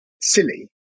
silly